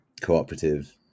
cooperative